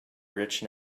rich